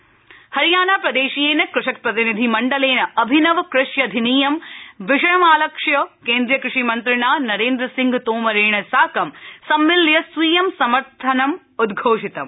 कृषि मन्त्री हरियाणा प्रदेशीयेन कृषक प्रतिनिधि मण्डलेन अभिनव कृष्यधिनियम विषयं आलक्ष्य केन्द्रीय कृषि मन्त्रिणा नरेन्द्र सिंह तोमरेण साकं सम्मिल्ल्य स्वीयं समर्थनं सम्द्घोषितम्